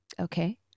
okay